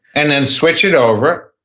and then switch it over.